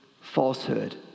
falsehood